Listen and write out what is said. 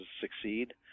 succeed